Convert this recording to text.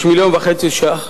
יש 1.5 מיליון ש"ח